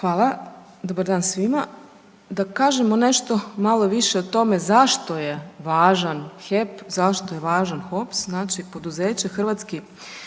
Hvala. Dobar dan svima. Da kažem nešto malo više o tome zašto je važan HEP, zašto je važan HOPS, znači poduzeće Hrvatski